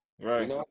Right